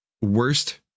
worst